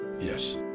Yes